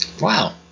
Wow